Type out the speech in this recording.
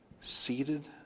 seated